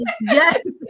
Yes